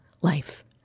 life